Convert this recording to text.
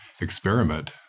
experiment